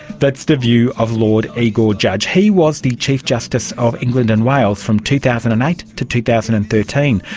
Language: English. that's the view of lord igor judge. he was the chief justice of england and wales from two thousand and eight to two thousand and thirteen.